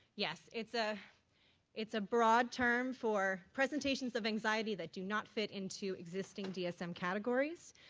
yes, it's ah it's a broad term for presentations of anxiety that do not fit into existing dsm categories.